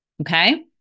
Okay